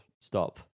stop